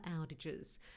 outages